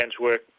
work